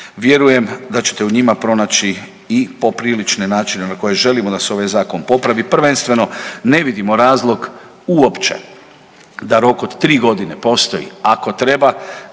Vjerujem da ćete u njima pronaći i poprilične načine na koje želimo da se ovaj zakon popravi. Prvenstveno ne vidimo razlog uopće da rok od tri godine postoji. Ako treba